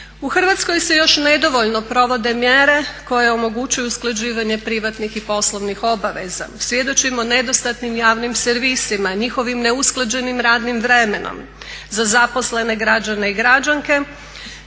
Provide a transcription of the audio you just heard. U Hrvatskoj se još nedovoljno provode mjere koje omogućuju usklađivanje privatnih i poslovnih obaveza. Svjedočimo nedostatnim javnim servisima, njihovim neusklađenim radnim vremenom, za zaposlene građane i građanke,